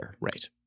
Right